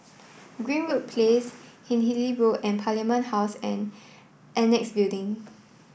Greenwood Place Hindhede Road and Parliament House and Annexe Building